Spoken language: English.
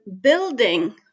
building